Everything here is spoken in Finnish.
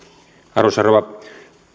arvoisa rouva